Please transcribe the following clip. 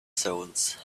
souls